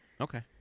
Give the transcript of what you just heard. Okay